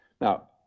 Now